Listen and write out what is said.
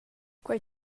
quei